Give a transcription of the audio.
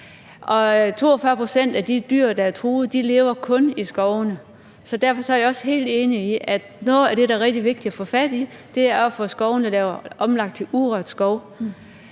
42 pct. af de dyr, der er truet, lever kun i skovene. Derfor er jeg også helt enig i, at noget af det, der er rigtig vigtigt at få fat i, er at få skovene omlagt til urørt skov.